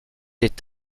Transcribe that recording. est